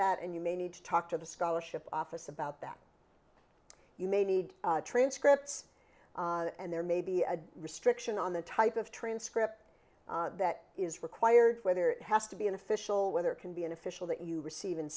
that and you may need to talk to the scholarship office about that you may need transcripts and there may be a restriction on the type of transcript that is required whether it has to be an official whether it can be an official that you receive